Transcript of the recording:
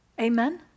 Amen